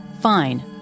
Fine